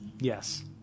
Yes